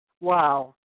Wow